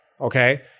Okay